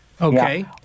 Okay